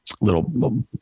little